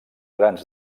grans